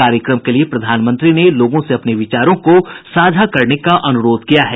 कार्यक्रम के लिये प्रधानमंत्री ने लोगों से अपने विचारों को साझा करने का अनुरोध किया है